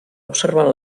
observant